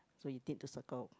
so you did the circle